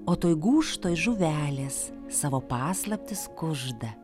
o toj gūžtoj žuvelės savo paslaptis kužda